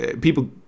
people